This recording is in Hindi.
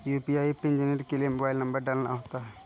यू.पी.आई पिन जेनेरेट के लिए मोबाइल नंबर डालना होता है